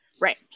Right